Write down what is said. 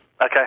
Okay